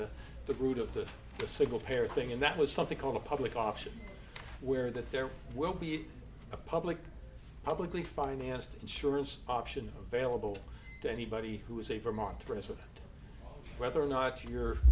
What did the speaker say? to the root of the single parent thing and that was something called a public option where that there will be a public publicly financed insurance option available to anybody who is a vermont resident whether or not your